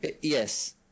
Yes